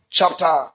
chapter